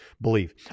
believe